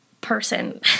person